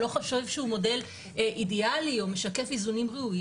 לא חושב שהוא מודל אידאלי או משקף איזונים ראויים.